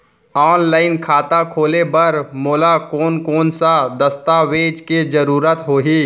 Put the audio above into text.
Online खाता खोले बर मोला कोन कोन स दस्तावेज के जरूरत होही?